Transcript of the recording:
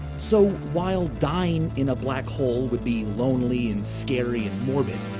so, while dying in a black hole would be lonely, and scary, and morbid,